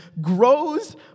grows